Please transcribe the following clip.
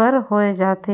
कर हो जाथे